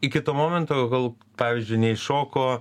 iki to momento kol pavyzdžiui neiššoko